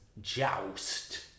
Joust